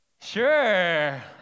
Sure